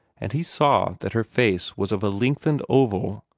and he saw that her face was of a lengthened oval,